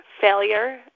failure